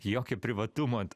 jokio privatumo to